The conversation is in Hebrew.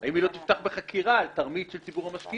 האם היא לא תפתח בחקירה על תרמית של ציבור המשקיעים?